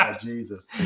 Jesus